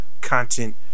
content